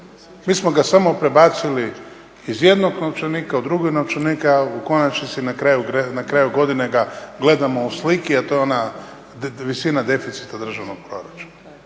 Mi smo ga samo prebacili iz jednog novčanika u drugi novčanik, a u konačnici na kraju godine ga gledamo u slici, a to je ona visina deficita državnog proračuna.